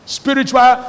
spiritual